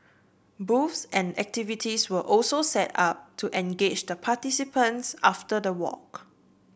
booths and activities were also set up to engage the participants after the walk